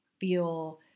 feel